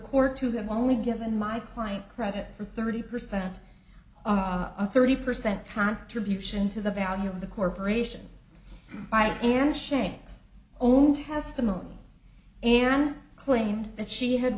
court to have only given my client credit for thirty percent a thirty percent contribution to the value of the corporation by aaron shanks own testimony and claimed that she had